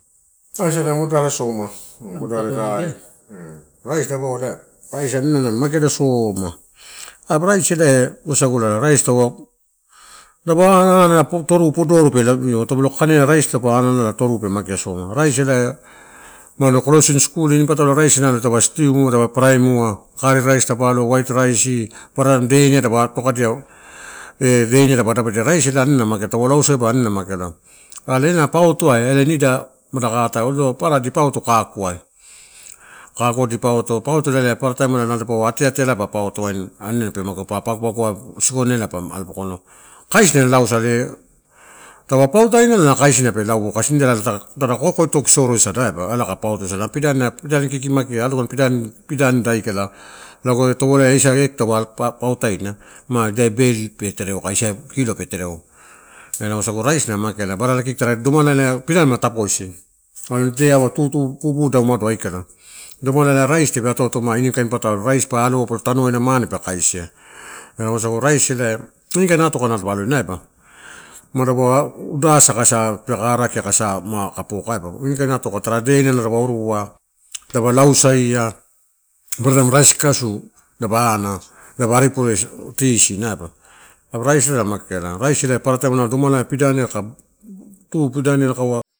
Aisa ela moderaresoma, raisi dapau anina na mageala sooma. Apuku raisi ela wasagula raisi dapa taupe ana ana toru podo auru pelo io, are taupolo kanea raisi taupe ana ana toru apuku pe magea soma. Raisi ela umano closing school inipataloai raisi dapa alo, white raisi, papara deniai dapa atokadia, eh deniai dapa adapudia raisi ela aninala mageala. Taupa tausaiaba are ena paautoai ela nida mada katae odorola papara dipauto kakuai, kakua dipauto, pautola paparataim nalo dipaua ateatealai pa auto wain aninala pe magea, pa pagopago isikonela pa alobokoina. Kaisina luusai are taupe pautainala kaisina pe lauo, kasi nida tada kokoi toki soroisada aiba ela ka pauto sada. Na pidani kikimagea alogani pidanida aikala lago eh torola eh taupe pautaaina, ma ida bale pe tereo aka eisa eh kilo pe tereo, ela wasagu raisi na mageala. Barala kiki tara domalai pidani ma tapoisi alo dedeaua tutun puda aikala. Domalai ma raisi tape atoato ini kain patalo paa kaisi raisi pa alo polo tanuadia mane ppa kaisi ma ela wasagu raisi ini kain atoka dipa aloina, aibu ma dapau uda sa pe arokia aka sama kai poka aiba. Ini kain atoka tara deniadapa irua apa lausaia, paparataim raisi kakasu ana, dapa ari pure tea isina apuku na raisilala na mageala, raisi paparataim domalai ito pidaniai kuk tupidamai kau.